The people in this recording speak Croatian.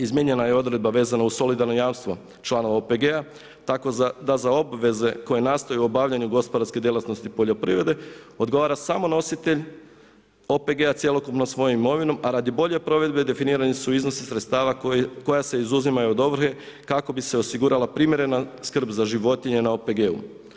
Izmijenjena je odredba vezano uz solidarno jamstvo članova OPG-a tako da za obveze koje nastaju u obavljanju gospodarske djelatnosti poljoprivrede, odgovara samo nositelj OPG-a cjelokupno svojom imovinom a radi bolje provedbe definirani su iznosi sredstava koja se izuzimaju od ovrhe kako bi se osigurala primjerena skrb za životinje na OPG-u.